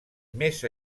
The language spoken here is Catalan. més